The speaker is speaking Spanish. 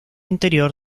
interior